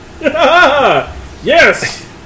Yes